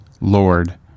Lord